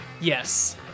yes